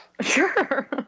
Sure